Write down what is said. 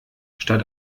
statt